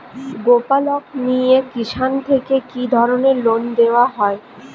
গোপালক মিয়ে কিষান থেকে কি ধরনের লোন দেওয়া হয়?